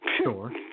store